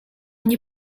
nie